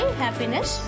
happiness